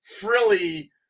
frilly